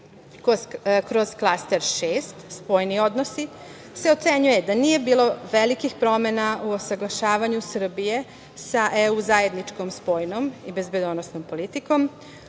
Kroz klaster šest – spoljni odnosi se ocenjuje da nije bilo velikih promena u usaglašavanju Srbije sa EU zajedničkom spoljnom i bezbednosnom politikom.